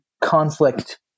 conflict